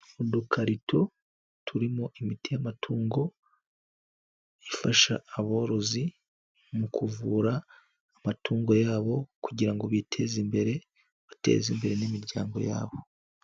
Udukarito turimo imiti y'amatungo ifasha aborozi mu kuvura amatungo yabo kugira ngo biteze imbere, bateze imbere n'imiryango yabo.